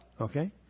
Okay